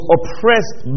Oppressed